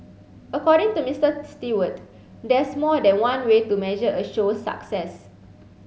according to Mister Stewart there's more than one way to measure a show's success